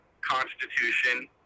constitution